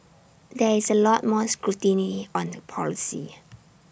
there is A lot more scrutiny on the policy